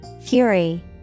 Fury